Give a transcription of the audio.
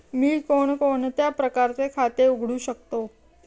मी कोणकोणत्या प्रकारचे खाते उघडू शकतो?